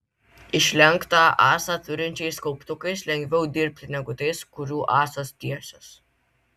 išlenktą ąsą turinčiais kauptukais lengviau dirbti negu tais kurių ąsos tiesios